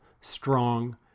strong